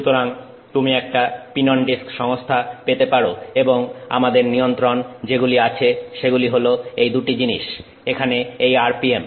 সুতরাং তুমি একটা পিন অন ডিস্ক সংস্থা পেতে পারো এবং আমাদের নিয়ন্ত্রণে যেগুলি আছে সেগুলি হলো এই দুটি জিনিস এখানে এই RPM